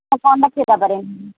account transfer ചെയ്താൽ പോരെ